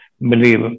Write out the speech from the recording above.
believe